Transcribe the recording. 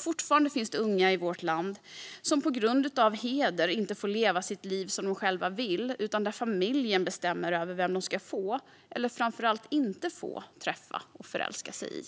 Fortfarande finns det unga i vårt land som på grund av heder inte får leva sitt liv som de själva vill utan där familjen bestämmer över vem de ska få, och framför allt inte få, träffa och förälska sig i.